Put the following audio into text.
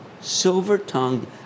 Silver-tongued